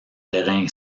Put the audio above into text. terrain